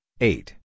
eight